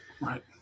Right